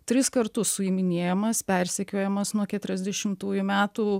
tris kartus suiminėjamas persekiojamas nuo keturiasdešimtųjų metų